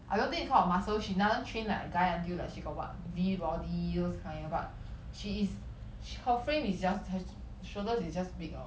I don't think is because of muscles she doesn't train like a guy until like she got what V body those kind but she is her frame is just her shoulders is just big lor